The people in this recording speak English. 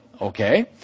Okay